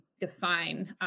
define